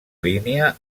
línia